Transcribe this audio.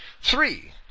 Three